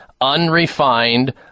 unrefined